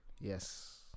Yes